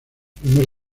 primer